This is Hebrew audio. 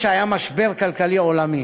ב-2009 היה משבר כלכלי עולמי